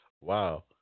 Wow